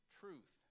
truth